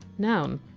noun,